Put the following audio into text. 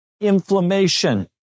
inflammation